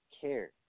care